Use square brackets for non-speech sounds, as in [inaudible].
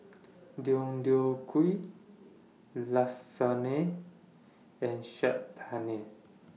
[noise] Deodeok Gui [unintelligible] and Saag Paneer [noise]